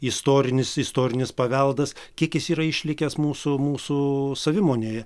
istorinis istorinis paveldas kiek jis yra išlikęs mūsų mūsų savimonėje